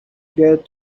get